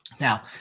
Now